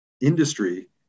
industry